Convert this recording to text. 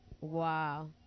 Wow